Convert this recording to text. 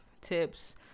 tips